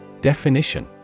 Definition